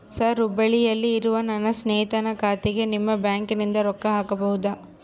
Sir ಹುಬ್ಬಳ್ಳಿಯಲ್ಲಿ ಇರುವ ನನ್ನ ಸ್ನೇಹಿತನ ಖಾತೆಗೆ ನಿಮ್ಮ ಬ್ಯಾಂಕಿನಿಂದ ರೊಕ್ಕ ಹಾಕಬಹುದಾ?